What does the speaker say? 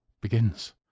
begins